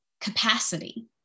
capacity